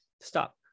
stop